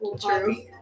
true